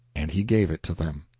and he gave it to them.